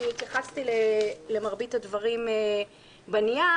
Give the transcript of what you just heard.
כי התייחסתי למרבית הדברים בנייר.